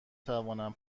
توانم